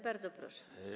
Bardzo proszę.